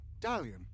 Dalian